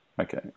Okay